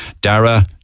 Dara